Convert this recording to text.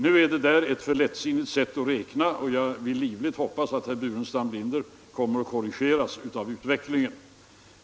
Nu är det där ett alltför lättsinnigt sätt att räkna, och jag vill livligt hoppas att herr Burenstam Linder kommer att korrigeras av utvecklingen.